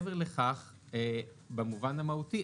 מה המשמעות של התיקון